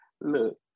Look